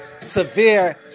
Severe